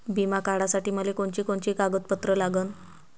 बिमा काढासाठी मले कोनची कोनची कागदपत्र लागन?